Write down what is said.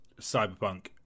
cyberpunk